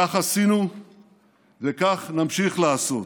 כך עשינו וכך נמשיך לעשות.